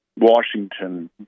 Washington